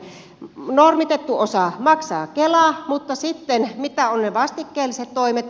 toimeentulotuen normitetun osan maksaa kela mutta sitten ne mitä ovat ne vastikkeelliset toimet